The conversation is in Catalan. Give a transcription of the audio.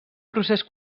procés